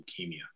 leukemia